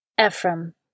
Ephraim